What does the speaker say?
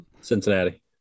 Cincinnati